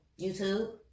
YouTube